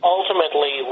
Ultimately